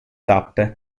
tappe